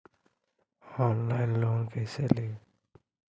Online loan कैसे ली?